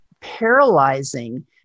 paralyzing